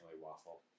waffle